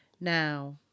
now